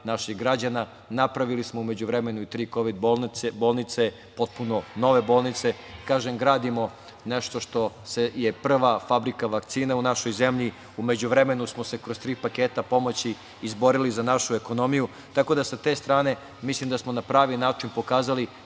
naših građana. Napravili smo u međuvremenu i tri kovid bolnice, potpuno nove bolnice. Kažem, gradimo nešto što je prva fabrika vakcina u našoj zemlji, u međuvremenu smo se kroz tri paketa pomoći izborili za našu ekonomiju. Tako da sa te strane, mislim da smo na pravi način pokazali